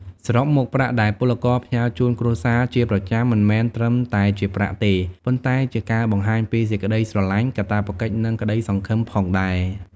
សរុបមក ប្រាក់ដែលពលករផ្ញើជូនគ្រួសារជាប្រចាំមិនមែនត្រឹមតែជាប្រាក់ទេ ប៉ុន្តែជាការបង្ហាញពីសេចក្តីស្រលាញ់ កាតព្វកិច្ច និងក្ដីសង្ឃឹមផងដែរ។